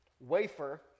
wafer